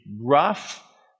rough